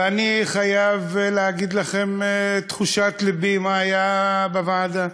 ואני חייב להגיד לכם, תחושת לבי, מה היה בוועדה.